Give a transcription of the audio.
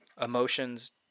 emotions